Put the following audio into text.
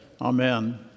Amen